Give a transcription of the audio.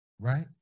right